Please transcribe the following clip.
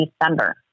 December